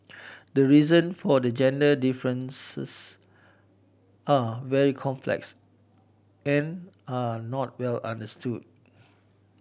the reason for the gender differences are very complex and are not well understood